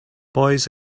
boys